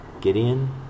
Gideon